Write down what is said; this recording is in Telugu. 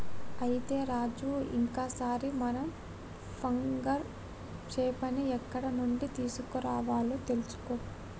అయితే రాజు ఇంకో సారి మనం ఫంగస్ చేపని ఎక్కడ నుండి తీసుకురావాలో తెలుసుకో